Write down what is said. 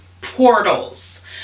portals